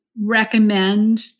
recommend